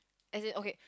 as in okay